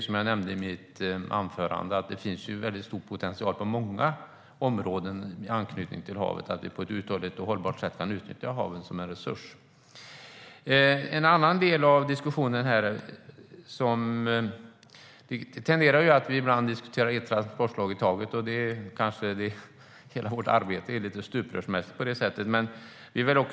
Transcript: Som jag nämnde i mitt anförande finns det en stor potential på många områden i anslutning till havet så att vi på ett uthålligt och hållbart sätt kan utnyttja det som en resurs. En annan del av diskussionen är att vi ibland tenderar att diskutera ett transportslag i taget. Hela vårt arbete är lite stuprörsmässigt på det sättet.